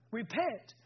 repent